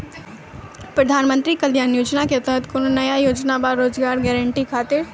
प्रधानमंत्री कल्याण योजना के तहत कोनो नया योजना बा का रोजगार गारंटी खातिर?